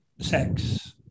sex